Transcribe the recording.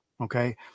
okay